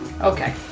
Okay